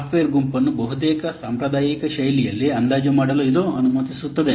software ಗುಂಪನ್ನು ಬಹುತೇಕ ಸಾಂಪ್ರದಾಯಿಕ ಶೈಲಿಯಲ್ಲಿ ಅಂದಾಜು ಮಾಡಲು ಇದು ಅನುಮತಿಸುತ್ತದೆ